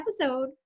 episode